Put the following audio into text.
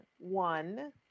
one